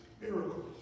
miracles